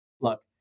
Look